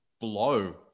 blow